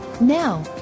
Now